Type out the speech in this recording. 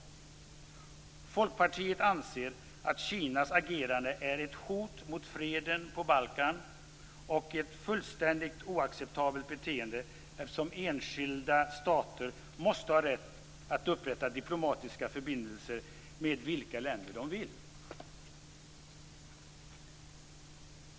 Folkpartiet anser att Kinas agerande är ett hot mot freden på Balkan och ett fullständigt oacceptabelt beteende, eftersom enskilda stater måste ha rätt att upprätta diplomatiska förbindelser med vilka länder som de vill.